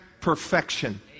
perfection